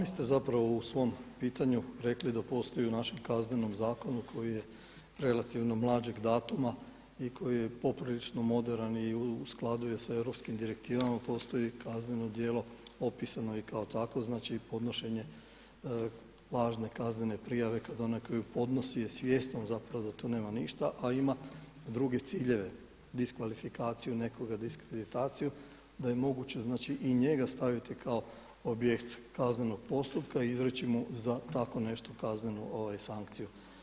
Pa sami ste zapravo u svom pitanju rekli da postoji u našem Kaznenom zakonu koji je relativno mlađeg datuma i koji je poprilično moderan i u skladu se sa europskim direktivama i postoji kazneno djelo opisano i kao tako znači podnošenje važne kaznene prijave kada onaj tko ju podnosi je svjestan da tu nema ništa, a ima druge ciljeve diskvalifikaciju nekoga, diskreditaciju da je moguće i njega staviti kao objekt kaznenog postupka i izreći mu za tako nešto kaznenu sankciju.